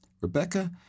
Rebecca